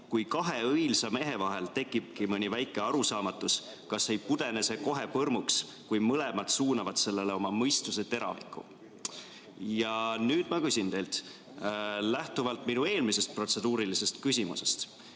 "Kui kahe õilsa mehe vahel tekibki mõni väike arusaamatus, kas ei pudene see kohe põrmuks, kui mõlemad suunavad sellele oma mõistuse teraviku?" Ja nüüd ma küsin teilt. Lähtuvalt minu eelmisest protseduurilisest küsimusest,